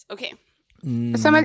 Okay